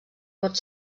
vot